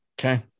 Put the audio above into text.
Okay